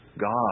God